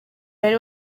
bari